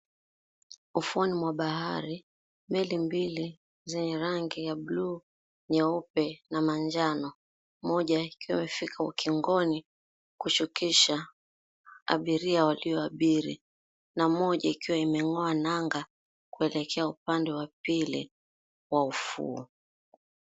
Ufuoni mwa baharini, meli mbili zenye rangi ya buluu, nyeupe, na manjano. Moja ikiwa imefika ukingoni kushukisha abiria walioabiri na moja ikiwa imeng'oa nanga kuelekea upande wa pili wa ufuo.